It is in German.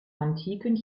antiken